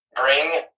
bring